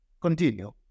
continue